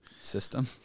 System